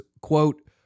quote